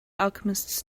alchemists